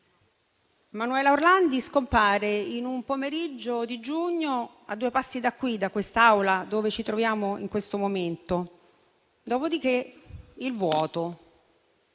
Manuela Orlandi scompare in un pomeriggio di giugno, a due passi dall'Aula in cui ci troviamo in questo momento. Dopodiché il vuoto